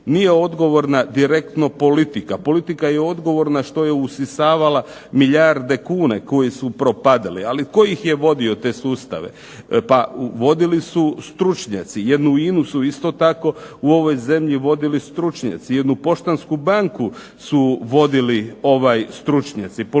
nije odgovorna direktno politika. Politika je odgovorna što je usisavala milijarde kuna koji su propadali, ali tko ih je vodio te sustave pa vodili su stručnjaci. Jednu INA-u su isto tako u ovoj zemlji vodili stručnjaci. Jednu Poštansku banku su vodili stručnjaci. Politika